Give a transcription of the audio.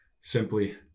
simply